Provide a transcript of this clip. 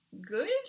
good